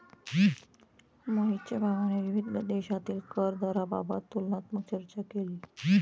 मोहितच्या भावाने विविध देशांतील कर दराबाबत तुलनात्मक चर्चा केली